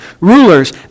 Rulers